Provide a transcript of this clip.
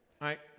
right